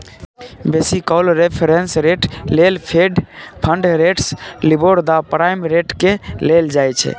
बेसी काल reference rate लेल fed fund rates, LIBOR, the prime रेटकेँ लेल जाइ छै